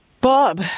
Bob